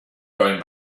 going